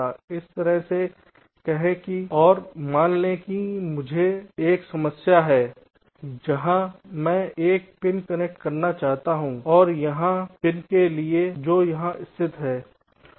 इस तरह से कहें और मान लें कि मुझे एक समस्या है जहां मैं एक पिन कनेक्ट करना चाहता हूं जो यहां है पिन के लिए है जो यहां स्थित है